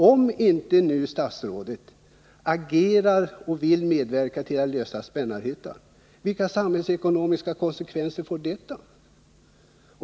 Om inte statsrådet nu agerar och medverkar till att lösa frågan om Spännarhyttan, vilka samhällsekonomiska konsekvenser får detta?